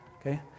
Okay